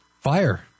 fire